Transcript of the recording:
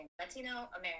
Latino-American